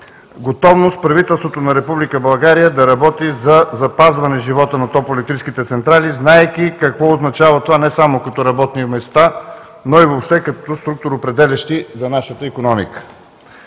готовност правителството на Република България да работи за запазване живота на топлоелектрическите централи, знаейки какво означава това не само като работни места, но и въобще като структуроопределящи за нашата икономика.